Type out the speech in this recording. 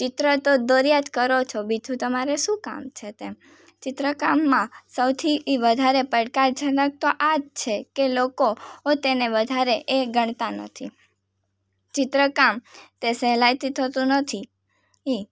ચિત્ર તો દોર્યાં જ કરો છો બીજું તમારે શું કામ છે તેમ ચિત્રકામમાં સૌથી એ વધારે પડકારજનક તો આ જ છે કે લોકો તેને વધારે એ ગણતાં નથી ચિત્રકામ તે સહેલાઈથી થતું નથી એ